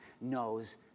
knows